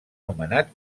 nomenat